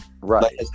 Right